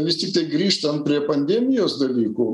vis tiktai grįžtant prie pandemijos dalykų